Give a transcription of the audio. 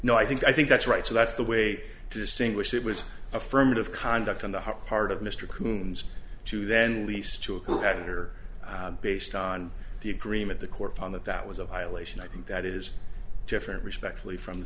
know i think i think that's right so that's the way to distinguish it was affirmative conduct on the part of mr coombs to then lease to a coeditor based on the agreement the court found that that was a violation i think that is different respectfully from the